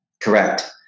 Correct